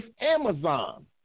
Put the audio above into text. Amazon